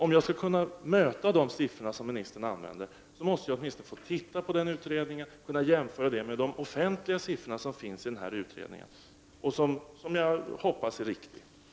Om jag skall kunna bemöta de siffror som ministern använde, måste jag åtminstone få titta på utredningen och få jämföra siffrorna där med de offentliga siffror som finns och som jag hoppas är riktiga.